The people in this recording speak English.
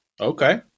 Okay